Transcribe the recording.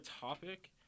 topic